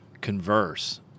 converse